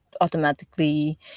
automatically